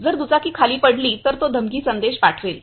जर दुचाकी खाली पडली तर तो तो धमकी संदेश पाठवेल